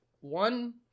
one